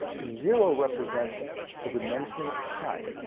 zero represents the dimension of time.